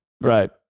Right